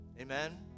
Amen